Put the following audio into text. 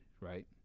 right